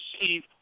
receive